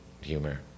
humor